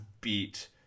beat